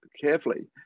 carefully